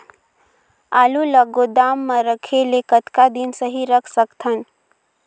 आलू ल गोदाम म रखे ले कतका दिन सही रख सकथन?